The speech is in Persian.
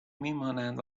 میمانند